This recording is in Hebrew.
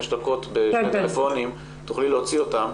דקות של טלפונים תוכלי להוציא אותם,